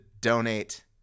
donate